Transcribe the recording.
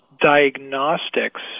diagnostics